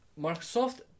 Microsoft